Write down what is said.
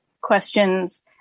questions